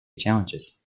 challenges